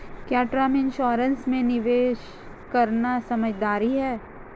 क्या term insurance में निवेश करना समझदारी है?